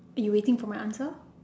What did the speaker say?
are you waiting for my answer